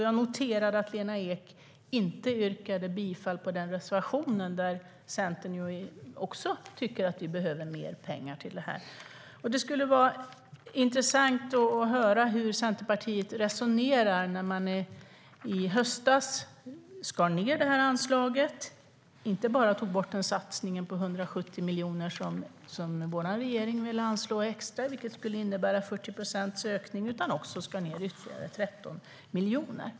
Jag noterade att Lena Ek inte yrkade bifall till den reservation där också Centern tycker att vi behöver mer pengar till detta. Det skulle vara intressant att höra hur Centerpartiet resonerar. I höstas skar man ned anslaget. Man tog inte bara bort den extra satsning på 170 miljoner som vår regering ville göra, vilket skulle innebära 40 procents ökning, utan man skar ned ytterligare 13 miljoner.